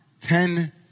Ten